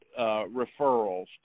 referrals